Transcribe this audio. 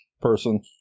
person